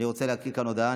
אני רוצה להקריא כאן הודעה.